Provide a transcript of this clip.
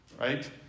Right